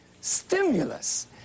stimulus